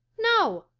no!